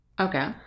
Okay